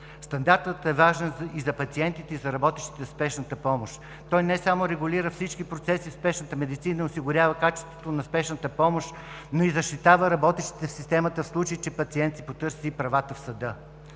Стандартът е важен и за пациентите, и за работещите в спешната помощ. Той не само регулира всички процеси в спешната медицина, осигурява качеството на спешната помощ, но и защитава работещите в системата, в случай че пациент си потърси правата в съда.